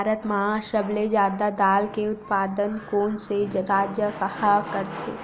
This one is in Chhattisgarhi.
भारत मा सबले जादा दाल के उत्पादन कोन से राज्य हा करथे?